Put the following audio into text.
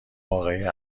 واقعی